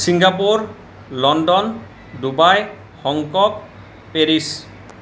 Singapore London Dubai Hong Kong Paris